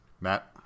Matt